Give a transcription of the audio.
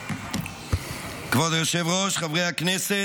כבוד היושב-ראש, חברי הכנסת,